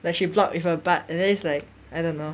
like she block with her butt and then it's like I don't know